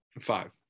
Five